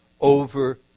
over